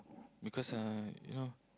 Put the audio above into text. because uh you know